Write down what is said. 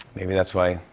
maybe that's why